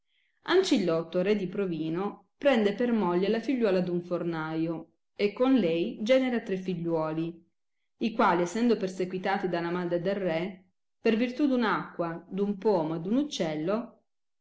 ancilotto re di provino prende per moglie la figliuola d un fornaio e con lei genera tre figliuoli i quali essendo persequitati dalla madre del re per virtù d un acqua d un pomo e d un uccello